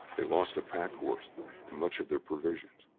they lost a pack horse and much of their provisions.